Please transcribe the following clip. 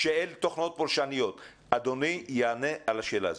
שאלה תוכנות פולשניות, אדוני יענה על השאלה הזאת.